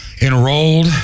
enrolled